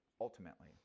ultimately